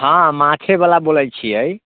हँ माछेवला बोलै छियै